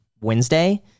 Wednesday